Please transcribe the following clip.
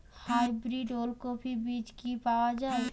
Hybrid ওলকফি বীজ কি পাওয়া য়ায়?